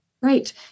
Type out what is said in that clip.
Right